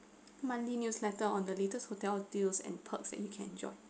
monthly newsletter on the latest hotel deals and perks that you can join